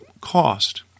cost